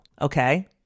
Okay